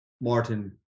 Martin